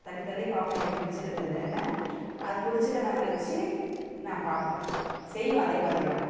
தள்ளி தள்ளி பார்ப்பேன் எது பிடிச்சிருக்குதுன்னு அது பிடிச்சத நான் வச்சு நான் பார்ப்பேன் செய்வேன் அதே மாதிரி ஆனால்